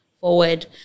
forward